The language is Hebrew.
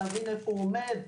להבין איפה הוא עומד,